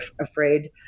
afraid